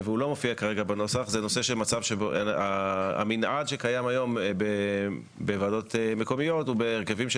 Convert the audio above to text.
הוא נושא המנעד שקיים כיום בוועדות מקומיות או בהרכבים,